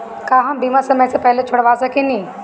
का हम बीमा समय से पहले छोड़वा सकेनी?